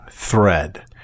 Thread